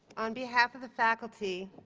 on behalf of the faculty,